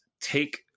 take